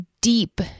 deep